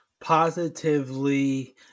positively